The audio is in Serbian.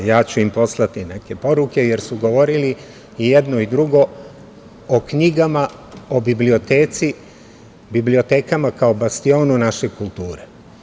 Ja ću im poslati neke poruke, jer su govorili i jedno i drugo o knjigama o biblioteci, bibliotekama kao bastionu naše kulture.